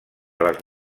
les